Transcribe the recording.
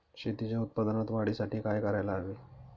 शेतीच्या उत्पादन वाढीसाठी काय करायला हवे?